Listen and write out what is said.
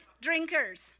drinkers